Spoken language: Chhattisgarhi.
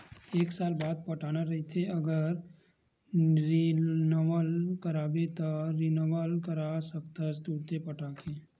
एक साल बाद पटाना रहिथे अगर रिनवल कराबे त रिनवल करा सकथस तुंरते पटाके